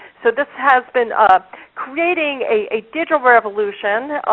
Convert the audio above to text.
so this has been creating a digital revolution,